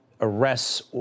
arrests